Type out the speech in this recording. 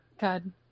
God